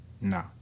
No